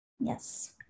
Yes